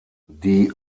die